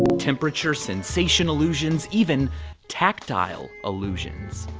temperature sensation illusions, even tactile illusions.